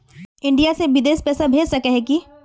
India से बिदेश पैसा भेज सके है की?